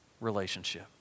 relationship